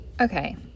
Okay